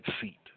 seat